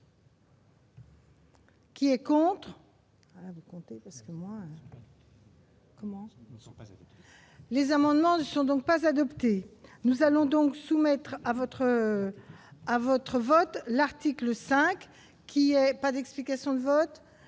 Qui est contre. Les amendements ne sont donc pas adoptée, nous allons donc soumettre à votre à votre vote, l'article 5 qui est pas d'explication de vote